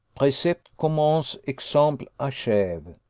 precepte commence, exemple acheve,